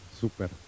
super